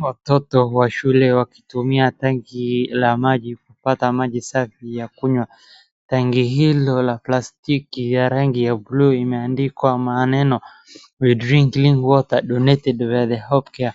Watoto wa shule wakitumia tanki la maji kupata maji safi ya kunywa. Tangi hilo la plastiki ya rangi ya buluu imeandikwa maneno we drink clean water, donated by the hope care